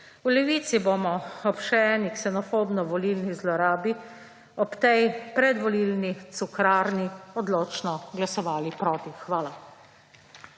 V Levici bomo ob še eni ksenofobno volilni zlorabi ob tej predvolilni cukrarni odločno glasovali proti. Hvala.